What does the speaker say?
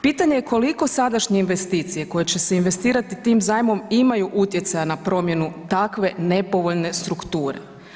Pitanje je koliko sadašnje investicije koje će se investirati tim zajmom imaju utjecaja na promjenu takve nepovoljne strukture.